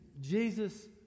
Jesus